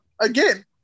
Again